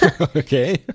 okay